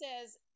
says